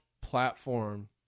platform